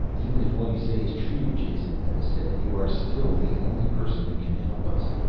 even if all you say is true, jason, meta said, you are still the only person who can help us.